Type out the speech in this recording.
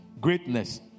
greatness